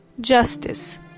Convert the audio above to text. justice